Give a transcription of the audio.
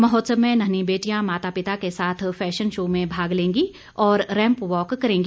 महोत्सव में नन्ही बेटियां माता पिता के साथ फैशन शो में भाग लेंगी और रैंप वॉक करेंगी